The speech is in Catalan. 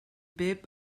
pep